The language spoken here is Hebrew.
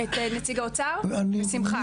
את נציג האוצר, בשמחה.